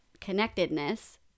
connectedness